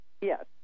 Yes